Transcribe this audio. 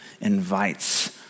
invites